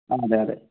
ആ അതെ അതെ